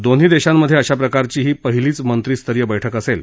दोन्ही देशांमध्ये अशा प्रकारची ही पहिलीच मंत्री स्तरीय बैठक असेल